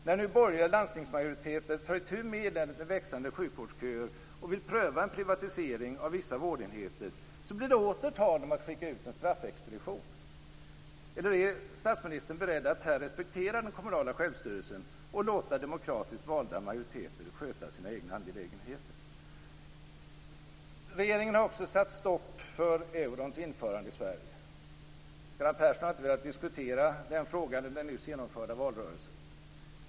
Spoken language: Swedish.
När nu borgerliga landstingsmajoriteter tar itu med eländet med växande sjukvårdsköer och vill pröva en privatisering av vissa vårdenheter blir det åter tal om att skicka ut en straffexpedition. Eller är statsministern beredd att här respektera den kommunala självstyrelsen och låta demokratiskt valda majoriteter sköta sina egna angelägenheter? Regeringen har också satt stopp för eurons införande i Sverige. Göran Persson har inte velat diskutera den frågan i den nyss genomförda valrörelsen.